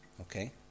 Okay